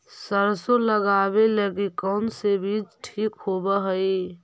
सरसों लगावे लगी कौन से बीज ठीक होव हई?